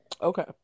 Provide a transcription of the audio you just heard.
okay